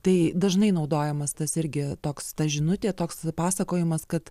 tai dažnai naudojamas tas irgi toks ta žinutė toks pasakojimas kad